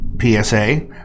PSA